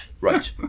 right